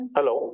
Hello